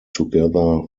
together